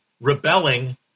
rebelling